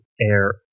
air